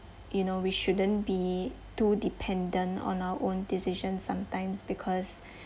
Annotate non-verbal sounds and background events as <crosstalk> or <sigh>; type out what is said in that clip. you know we shouldn't be too dependent on our own decisions sometimes because <breath>